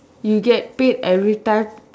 you get paid every time